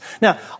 Now